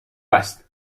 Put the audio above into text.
است